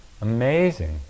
Amazing